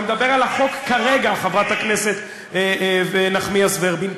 אני מדבר על החוק כרגע, חברת הכנסת נחמיאס ורבין.